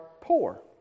poor